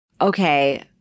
Okay